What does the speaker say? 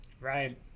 Right